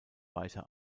weiter